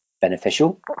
beneficial